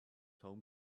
home